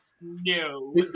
No